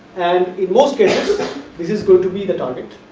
and in most cases this is going to be the target,